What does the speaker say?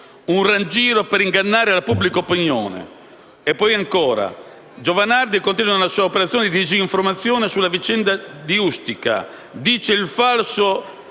«un raggiro per ingannare la pubblica opinione»; e poi ancora: «Il senatore Giovanardi continua nella sua operazione di disinformazione sulla vicenda di Ustica», «dice il falso»